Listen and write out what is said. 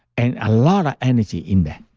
and a lot of energy in that,